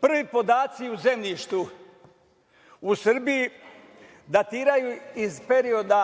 prvi podaci o zemljištu u Srbiji datiraju iz perioda